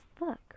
look